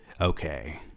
Okay